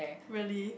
really